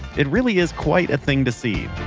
it really is quite a thing to see